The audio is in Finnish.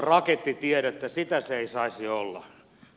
sitä se ei saisi olla